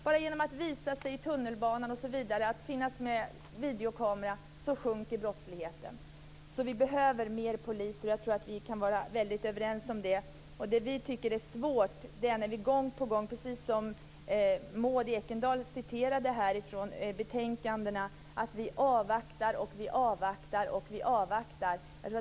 Bara genom att visa sig i tunnelbanan osv. och t.ex. med hjälp av videokameror sjunker brottsligheten. Vi behöver fler poliser, och vi kan vara överens om det. Det vi tycker är svårt är att man hela tiden vill avvakta. Maud Ekendahl citerade också betänkandet på den punkten.